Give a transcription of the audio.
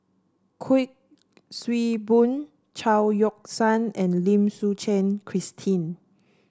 Kuik Swee Boon Chao Yoke San and Lim Suchen Christine